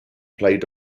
played